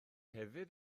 hefyd